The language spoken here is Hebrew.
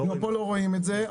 פה לא רואים את זה,